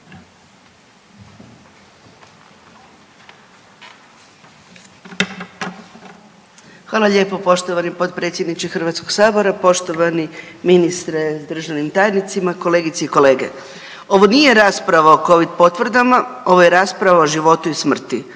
Hvala lijepo poštovani potpredsjedniče Hrvatskog sabora. Poštovani ministre s državnim tajnicima, kolegice i kolege, ovo nije rasprava o Covid potvrdama ovo je rasprava o životu i smrti.